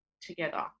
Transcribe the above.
together